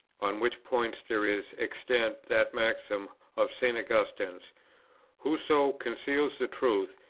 on which point there is extant that maxim of st. augustine's whoso conceals the truth,